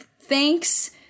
Thanks